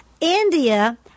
India